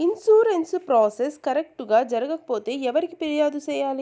insurance process correct గా జరగకపోతే ఎవరికి ఫిర్యాదు సేయాలి